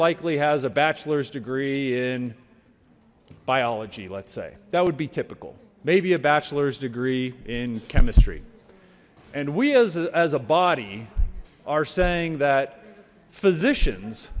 likely has a bachelor's degree in biology let say that would be typical maybe a bachelor's degree in chemistry and we as a body are saying that physicians